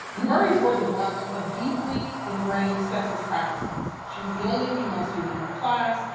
murray bore the brunt of deeply ingrained sexist practices. she was the only female student in her class.